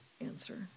answer